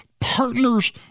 partners